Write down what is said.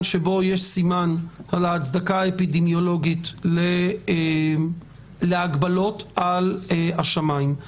שבו יש סימן על ההצדקה האפידמיולוגית להגבלות על השמיים.